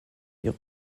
ihre